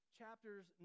chapters